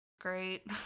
great